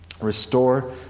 restore